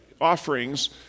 offerings